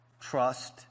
trust